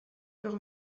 leurs